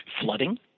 flooding